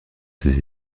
ses